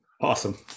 Awesome